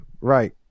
Right